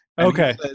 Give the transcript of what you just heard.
okay